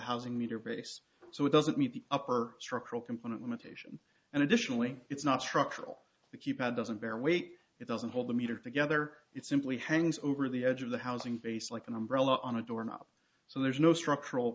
base so it doesn't meet the upper structural component limitation and additionally it's not structural the keypad doesn't bear weight it doesn't hold the meter together it simply hangs over the edge of the housing base like an umbrella on a door knob so there's no structural